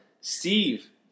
Steve